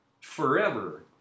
forever